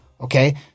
okay